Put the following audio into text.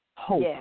hope